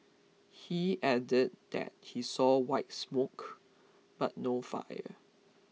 he added that he saw white smoke but no fire